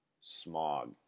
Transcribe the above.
Smog